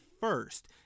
first